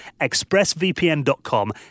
expressvpn.com